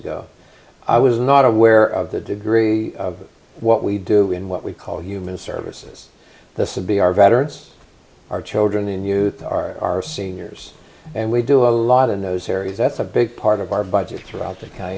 ago i was not aware of the degree of what we do in what we call human services this is be our veterans our children and youth our seniors and we do a lot in those areas that's a big part of our budget throughout